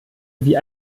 wie